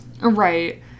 Right